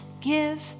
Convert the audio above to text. give